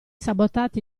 sabotati